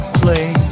play